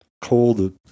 cold